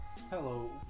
Hello